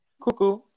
Cuckoo